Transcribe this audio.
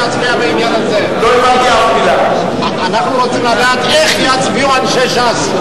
אנחנו רוצים לדעת איך יצביעו אנשי ש"ס.